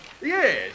Yes